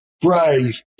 brave